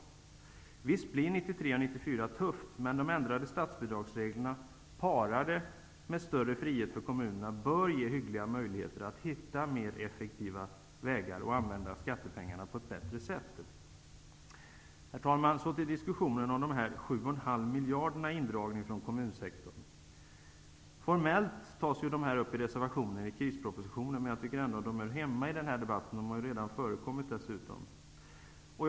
Visst blir 1993 och 1994 tuffa, men de ändrade statsbidragsreglerna, parade med större frihet för kommunerna, bör ge hyggliga möjligheter för att man skall kunna hitta mer effektiva vägar och använda skattepengarna på ett bättre sätt. Herr talman! Jag skall därefter övergå till att säga något om diskussionerna om de 7,5 miljarderna i indragning från kommunsektorn. Formellt tas de ju upp i reservationer i krispropositionen, men jag tycker ändå att de hör hemma i denna debatt, och de har dessutom redan tagits upp.